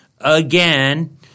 Again